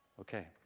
Okay